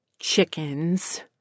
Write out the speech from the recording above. chickens